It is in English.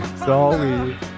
sorry